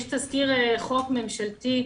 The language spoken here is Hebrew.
יש תזכיר חוק ממשלתי,